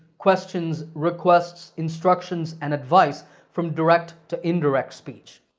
questions, requests, instructions and advice from direct to indirect speech.